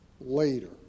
later